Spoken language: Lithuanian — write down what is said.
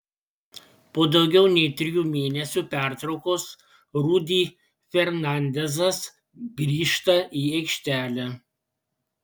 po daugiau nei trijų mėnesių pertraukos rudy fernandezas grįžta į aikštelę